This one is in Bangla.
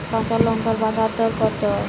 কাঁচা লঙ্কার বাজার দর কত?